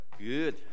Good